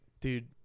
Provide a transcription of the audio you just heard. Dude